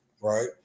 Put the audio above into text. right